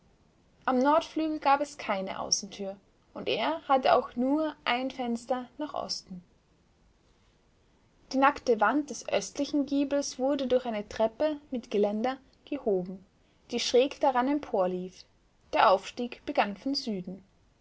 am nordflügel gab es keine außentür und er hatte auch nur ein fenster nach osten die nackte wand des östlichen giebels wurde durch eine treppe mit geländer gehoben die schräg daran emporlief der aufstieg begann von süden